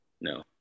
No